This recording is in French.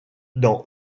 dans